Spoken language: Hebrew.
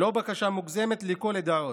לא בקשה מוגזמת, לכל הדעות,